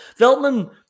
Veltman